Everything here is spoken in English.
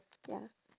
ya